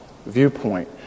Viewpoint